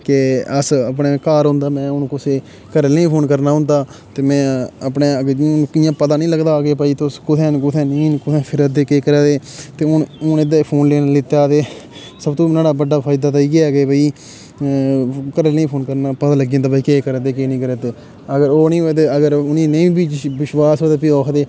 ते अस अपने घर होंदा में हून कुसै घरे आह्लें गी फोन करना होंदा ते में अपने इ'यां पता निं लगदा हा कि ओह् भई तुस कु'त्थें न कु'त्थें नेईं कु'त्थें फिरा दे ते हून फोन लैते दा ते सब तो न्हाड़ा बड्डा फायदा ते इयै कि भाई घरे आह्लें गी फोन करना पता लग्गी जंदा भई केह् करा दे केह् नेईं करा दे अगर ओह् निं होऐ ते अगर उ'नें गी नेईं बी विश्वास होऐ ते ओह् आखदे